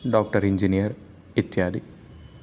doctor engineer इत्यादि